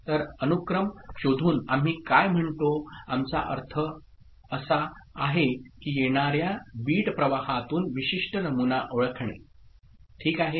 तर अनुक्रम शोधून आम्ही काय म्हणतो आमचा अर्थ असा आहे की येणाऱ्या बिट प्रवाहातून विशिष्ट नमुना ओळखणे ठीक आहे